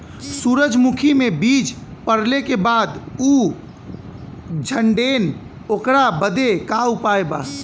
सुरजमुखी मे बीज पड़ले के बाद ऊ झंडेन ओकरा बदे का उपाय बा?